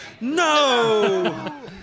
No